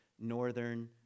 northern